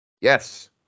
Yes